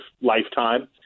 lifetime